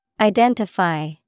Identify